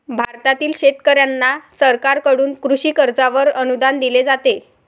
भारतातील शेतकऱ्यांना सरकारकडून कृषी कर्जावर अनुदान दिले जाते